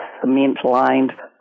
cement-lined